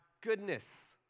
goodness